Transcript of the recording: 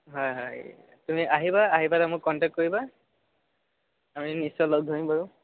হয় হয় তুমি আহিবা আহি পেলাই মোক কণ্টেক্ট কৰিবা আমি নিশ্চয় লগ ধৰিম বাৰু